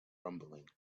rumbling